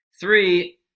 three